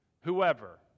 whoever